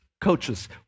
coaches